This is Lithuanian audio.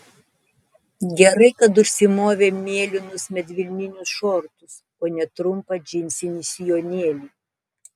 gerai kad užsimovė mėlynus medvilninius šortus o ne trumpą džinsinį sijonėlį